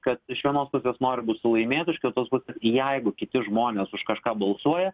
kad iš vienos pusės nori būt su laimėtoju iš kitos pusės jeigu kiti žmonės už kažką balsuoja